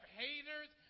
haters